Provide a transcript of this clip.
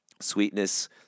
sweetness